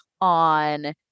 on